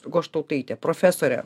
goštautaitė profesorė